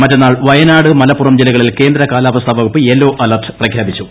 മറ്റന്നാൾ വയനാട് മലപ്പുറം ജില്ലകളിൽ കേന്ദ്ര കാലാവസ്ഥ വകുപ്പ് യെല്ലോ അലർട്ട് പ്രഖ്യാപിച്ചു